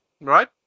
right